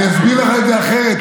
אני אסביר לך את זה אחרת.